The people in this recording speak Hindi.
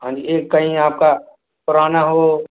हाँ जी एक कहीं आप का पुराना हो